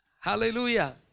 Hallelujah